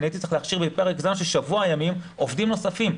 הייתי צריך להכשיר בפרק זמן של שבוע ימים עובדים נוספים.